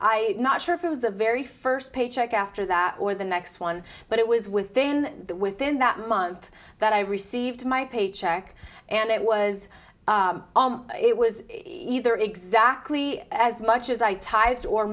i not sure if it was the very first paycheck after that or the next one but it was within within that month that i received my paycheck and it was it was either exactly as much as i t